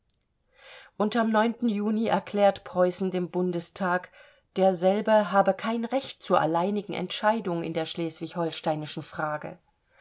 unterm juni erklärt preußen dem bundestag derselbe habe kein recht zur alleinigen entscheidung in der schleswig holsteinischen frage